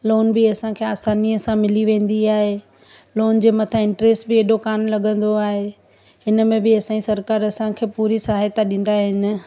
loan बि असांखे आसानीअ सां मिली वेंदी आहे लोन जे मथां इंट्र्स्ट बि एॾो कान लॻंदो आहे हिनमें बि असांजी सरकारु असांखे पूरी सहायता ॾींदा आहिनि